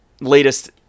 latest